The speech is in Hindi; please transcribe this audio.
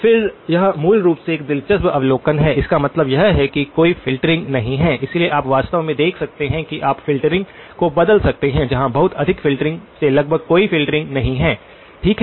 फिर यह मूल रूप से एक दिलचस्प अवलोकन है इसका मतलब यह है कि कोई फ़िल्टरिंग नहीं है इसलिए आप वास्तव में देख सकते हैं कि आप फ़िल्टरिंग को बदल सकते हैं जहाँ बहुत अधिक फ़िल्टरिंग से लगभग कोई फ़िल्टरिंग नहीं है ठीक है